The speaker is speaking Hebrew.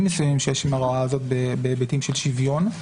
מסוימים שיש עם ההוראה הזאת בהיבטים של שוויון,